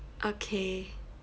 okay